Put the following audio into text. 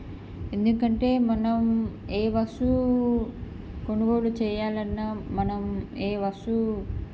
ఎందుకంటే మనం ఏ వస్తువు కొనుగోలు చేయాలి అన్న మనం ఏ వస్తువు